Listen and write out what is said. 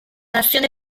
nazione